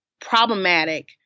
problematic